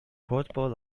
portable